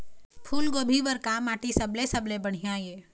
फूलगोभी बर का माटी सबले सबले बढ़िया ये?